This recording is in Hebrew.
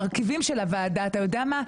המרכיבים של הוועדה, אתה יודע מה?